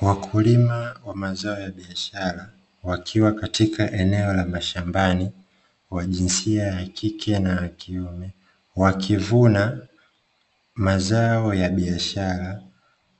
Wakulima wa mazao ya biashara wakiwa katika eneo la mashambani, wa jinsia ya kike na ya kiume, wakivuna mazao ya biashara